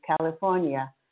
California